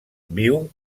viu